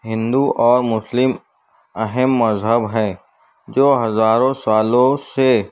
ہندو اور مسلم اہم مذہب ہیں جو ہزاروں سالوں سے